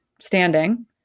standing